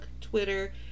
Twitter